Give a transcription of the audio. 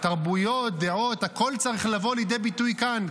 תרבויות, דעות, הכול צריך לבוא לידי ביטוי כאן.